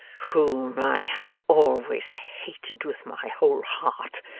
whom i have always hated with my whole heart,